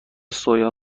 سویا